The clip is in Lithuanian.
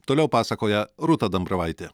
toliau pasakoja rūta dambravaitė